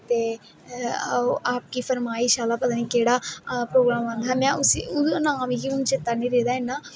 ते आपकी फरमाईश आह्ला पता नी केह्ड़ा प्रोग्राम आंदा हा में उदी ओह्दा नां मिगी चेत्ता नी रेह् दा ऐ इन्ना